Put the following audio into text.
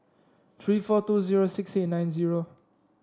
three four two zero six eight nine zero